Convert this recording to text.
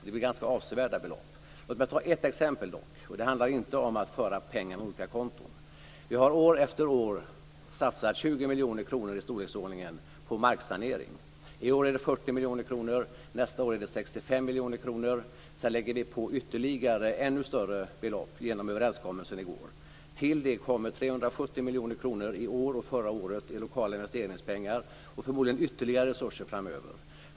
Det blir ganska avsevärda belopp. Låt mig dock ta ett exempel, och det handlar inte om att föra pengar mellan olika konton. Vi har år efter år satsat i storleksordningen 20 miljoner kronor på marksanering. I år är det 40 miljoner kronor. Nästa år är det 65 miljoner kronor. Sedan lägger vi på ytterligare, ännu större, belopp genom överenskommelsen i går. Till det kommer 370 miljoner kronor i år och förra året i lokala investeringspengar och förmodligen ytterligare resurser framöver.